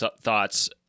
thoughts